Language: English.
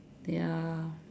ya